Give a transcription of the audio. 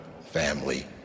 family